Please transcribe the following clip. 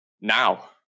now